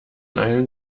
einen